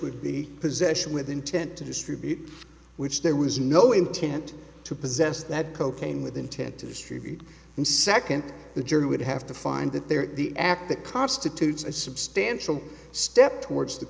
would be possession with intent to distribute which there was no intent to possess that cocaine with intent to distribute and second the jury would have to find that they are the act that constitutes a substantial step towards the